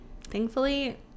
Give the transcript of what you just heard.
thankfully